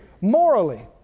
morally